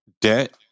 debt